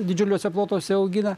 didžiuliuose plotuose augina